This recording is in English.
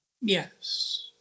Yes